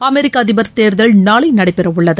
அமெரிக்க அதிபர் தேர்தல் நாளை நடைபெற உள்ளது